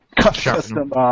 Custom